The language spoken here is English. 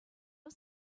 was